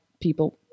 people